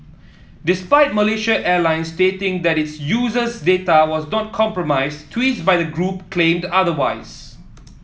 despite Malaysia Airlines stating that its users data was not compromised tweets by the group claimed otherwise